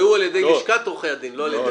הן נקבעו על ידי עורכי הדין, מה לעשות.